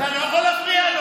אתה לא יכול להפריע לו